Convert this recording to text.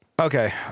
Okay